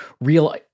real